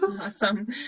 Awesome